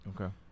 Okay